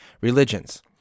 religions